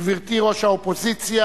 גברתי ראש האופוזיציה,